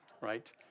right